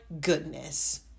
goodness